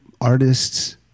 artists